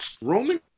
roman